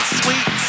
sweet